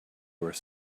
where